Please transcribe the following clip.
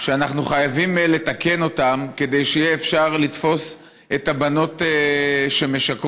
שאנחנו חייבים לתקן כדי שאפשר יהיה לתפוס את הבנות שמשקרות,